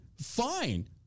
Fine